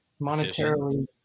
monetarily